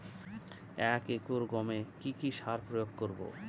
এক একর গমে কি কী সার প্রয়োগ করব?